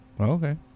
Okay